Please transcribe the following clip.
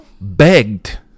begged